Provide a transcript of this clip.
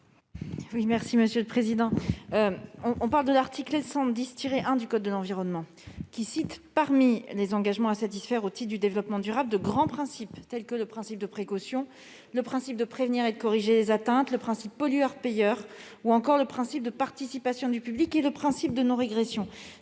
est ici question de compléter l'article L. 110-1 du code de l'environnement, dans lequel figurent, parmi les engagements à satisfaire au titre du développement durable, de grands principes, tels que le principe de précaution, le principe de prévenir et de corriger les atteintes, le principe pollueur-payeur, ou encore le principe de participation du public et le principe de non-régression.